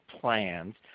Plans